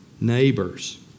neighbor's